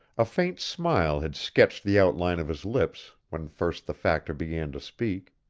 a faint smile had sketched the outline of his lips when first the factor began to speak.